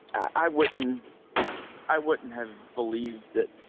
i wouldn't i wouldn't have believed that